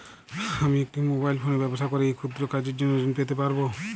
আমি একটি মোবাইল ফোনে ব্যবসা করি এই ক্ষুদ্র কাজের জন্য ঋণ পেতে পারব?